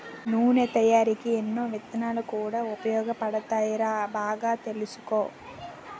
నూనె తయారికీ ఎన్నో విత్తనాలు కూడా ఉపయోగపడతాయిరా బాగా తెలుసుకో